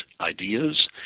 ideas